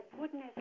goodness